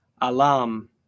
Alam